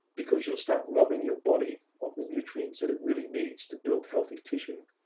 because you'll start robbing your body of the nutrients that it really needs, to build healthy tissue.